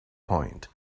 point